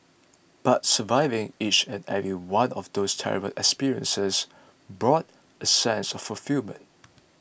but surviving each and every one of those terrible experiences brought a sense of fulfilment